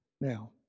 now